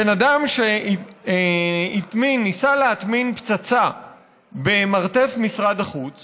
בן אדם שניסה להטמין פצצה במרתף משרד החוץ